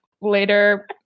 later